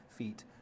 feet